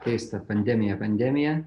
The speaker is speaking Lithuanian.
keista pandemija pandemija